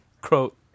quote